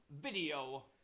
video